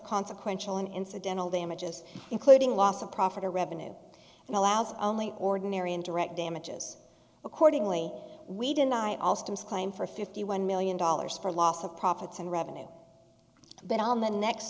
consequential an incidental damages including loss of profit or revenue and allows only ordinary and direct damages accordingly we deny all stems claim for fifty one million dollars for loss of profits and revenue but on the next